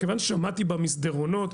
כיוון ששמעתי במסדרונות,